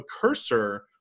cursor